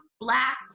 black